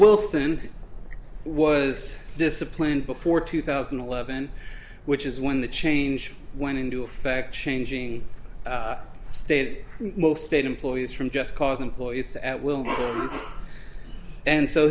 wilson was disciplined before two thousand and eleven which is when the change went into effect changing state it most state employees from just cause employees at will and so